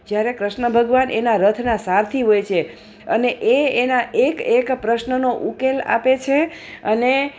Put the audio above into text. જ્યારે ક્રૃષ્ણ ભગવાન એના રથના સારથિ હોય છે અને એ એના એક એક પ્રશ્નનો ઉકેલ આપે છે અને